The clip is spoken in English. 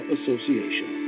Association